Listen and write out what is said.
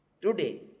Today